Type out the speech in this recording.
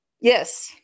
Yes